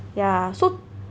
ya so